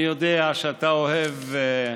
אני יודע שאתה אוהב,